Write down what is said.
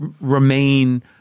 remain